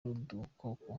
udukoko